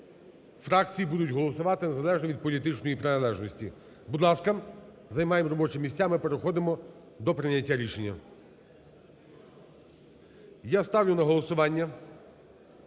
фракції будуть голосувати незалежно від політичної приналежності. Будь ласка, займаємо робочі місця. Ми переходимо до прийняття рішення. Я ставлю на голосування